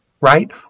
right